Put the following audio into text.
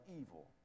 evil